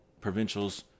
Provincials